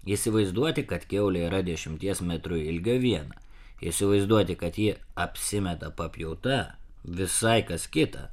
įsivaizduoti kad kiaulė yra dešimties metrų ilgio viena įsivaizduoti kad ji apsimeta papjauta visai kas kita